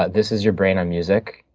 this is your brain on music?